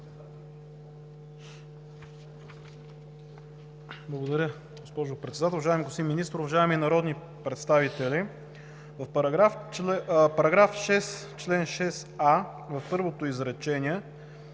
Благодаря, госпожо Председател. Уважаеми господин Министър, уважаеми народни представители! В § 6, чл. 6а, в първото изречение